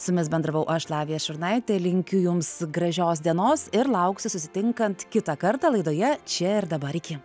su jumis bendravau aš lavija šurnaitė linkiu jums gražios dienos ir lauksiu susitinkant kitą kartą laidoje čia ir dabar iki